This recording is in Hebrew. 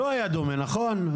לא היה דומה, נכון?